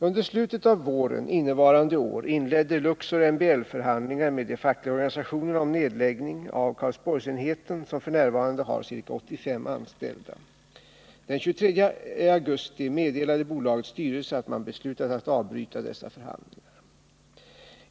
Under slutet av våren innevarande år inledde Luxor MBL-förhandlingar med de fackliga organisationerna om nedläggning av Karlsborgsenheten, som f. n. har ca 85 anställda. Den 23 augusti meddelade bolagets styrelse att man beslutat att avbryta dessa förhandlingar.